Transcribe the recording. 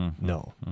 No